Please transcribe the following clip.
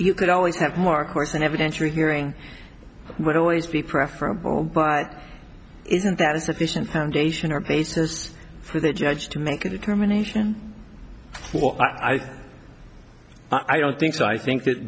you could always have more course an evidentiary hearing would always be preferable but isn't that a sufficient foundation or basis for the judge to make a determination i think i don't think so i think that